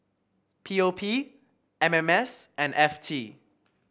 P O P M M S and F T